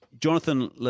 Jonathan